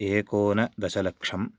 एकोन दशलक्षम्